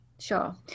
sure